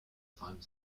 time